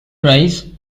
rise